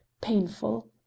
painful